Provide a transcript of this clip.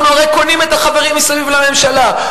הרי אנחנו קונים את החברים מסביב לממשלה.